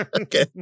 Okay